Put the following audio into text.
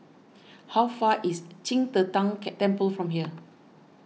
how far away is Qing De Tang Temple from here